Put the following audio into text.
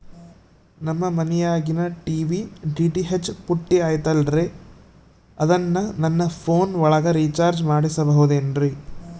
ನಮ್ಮ ಮನಿಯಾಗಿನ TV DTH ಪುಟ್ಟಿ ಐತಲ್ರೇ ಅದನ್ನ ನನ್ನ ಪೋನ್ ಒಳಗ ರೇಚಾರ್ಜ ಮಾಡಸಿಬಹುದೇನ್ರಿ?